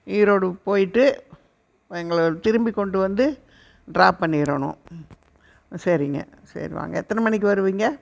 ஈரோடு போய்விட்டு எங்களை திரும்பி கொண்டு வந்து ட்ராப் பண்ணிடணும் சரிங்க சரி வாங்க எத்தனை மணிக்கு வருவிங்க